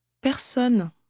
Personne